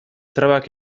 trabak